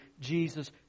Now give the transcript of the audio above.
Jesus